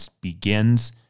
begins